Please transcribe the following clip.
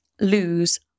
lose